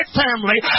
family